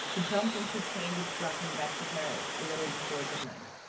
he jumped into a train which brought him back to paris a little before midnight.